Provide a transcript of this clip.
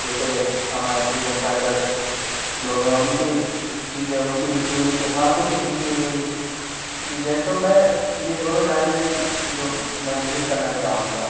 جیسے ہمارا freedom fighter لوگ ہیں ان کی چیزیں ان کی لکھی ہوئی ان کی ہاتھوں کی لکھی ہوئی چیزیں ہیں تو میں یہ دونوں لائبریری جو میں وزٹ کرنا چاہوں گا